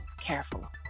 careful